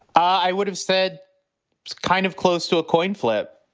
i would have said it's kind of close to a coin flip